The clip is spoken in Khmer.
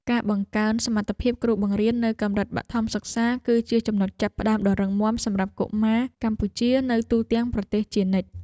ការបង្កើនសមត្ថភាពគ្រូបង្រៀននៅកម្រិតបឋមសិក្សាគឺជាចំណុចចាប់ផ្តើមដ៏រឹងមាំសម្រាប់កុមារកម្ពុជានៅទូទាំងប្រទេសជានិច្ច។